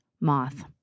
moth